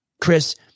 Chris